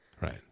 right